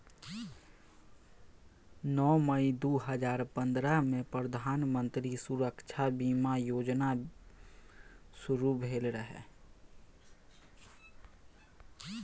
नौ मई दु हजार पंद्रहमे प्रधानमंत्री सुरक्षा जीबन बीमा योजना शुरू भेल रहय